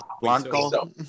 blanco